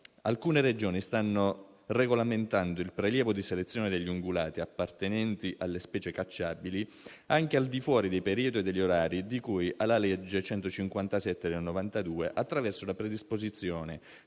alcune Regioni stanno regolamentando il prelievo di selezione degli ungulati appartenenti alle specie cacciabili anche al di fuori dei periodi e degli orari di cui alla legge n. 157 del 1992, attraverso la predisposizione,